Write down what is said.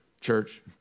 church